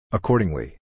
Accordingly